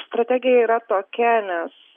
strategija yra tokia nes